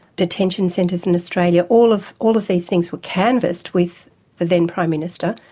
detention centres in australia, all of all of these things were canvassed with the then prime minister,